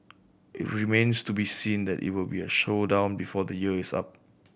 it remains to be seen that if will be a showdown before the year is up